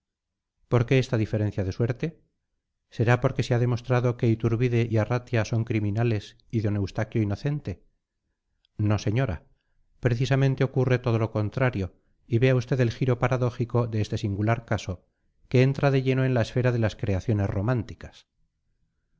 por qué esta diferencia de suerte será porque se ha demostrado que iturbide y arratia son criminales y d eustaquio inocente no señora precisamente ocurre todo lo contrario y vea usted el giro paradójico de este singular caso que entra de lleno en la esfera de las creaciones románticas